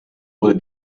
wurde